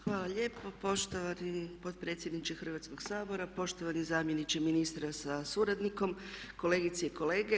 Hvala lijepo poštovani potpredsjedniče Hrvatskog sabora, poštovani zamjeniče ministra sa suradnikom, kolegice i kolege.